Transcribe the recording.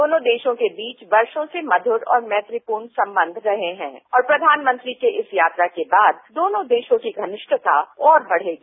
दोनों देशों के बीच वर्षो से मधुर और मैत्रीपूर्ण संबंध रहे हैं और प्रधानमंत्री के इस यात्रा के बाद दोनों देशों की घनिष्ठता और बढ़ेगी